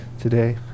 today